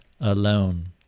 alone